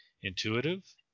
intuitive